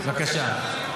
בבקשה.